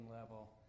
level